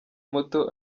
muto